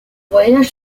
voyage